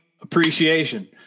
appreciation